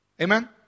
Amen